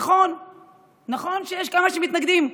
נכון שיש כמה שמתנגדים,